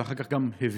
ואחר כך גם הבהיר,